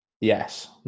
yes